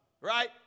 right